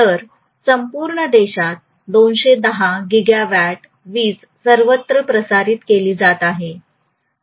तर संपूर्ण देशात 210 गीगावॉट वीज सर्वत्र प्रसारित केली जात आहे